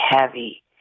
heavy